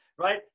Right